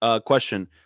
question